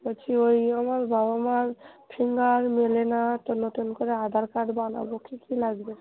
বলছি ওই আমার বাবা মার ফিঙ্গার মেলে না তো নতুন করে আধার কার্ড বানাবো কী কী লাগবে